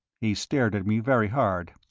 he stared at me very hard.